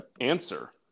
answer